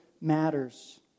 Matters